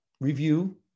Review